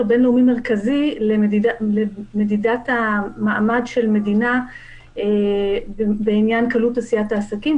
בין-לאומי מרכזי למדידת המעמד של מדינה בעניין קלות עשיית העסקים.